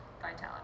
vitality